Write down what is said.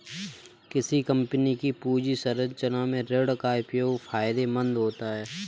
किसी कंपनी की पूंजी संरचना में ऋण का उपयोग फायदेमंद होता है